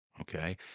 Okay